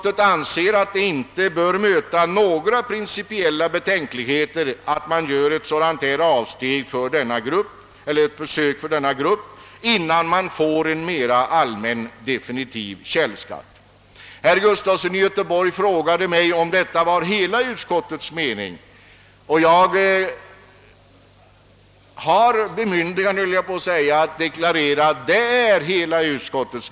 Vi anser att det inte bör möta några principiella betänkligheter att göra ett försök med denna grupp, innan det sker en övergång till mer allmän definitiv källskatt. Herr Gustafson i Göteborg frågade mig, om detta var hela utskottets mening och jag anser mig ha bemyndigande att deklarera att så är fallet.